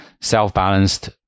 self-balanced